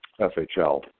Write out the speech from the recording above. FHL